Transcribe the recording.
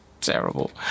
Terrible